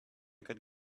could